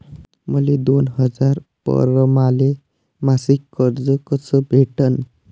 मले दोन हजार परमाने मासिक कर्ज कस भेटन?